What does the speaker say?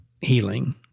healing